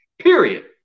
Period